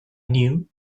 knew